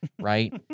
right